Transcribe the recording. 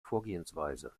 vorgehensweise